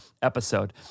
episode